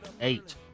Eight